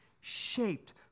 shaped